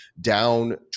down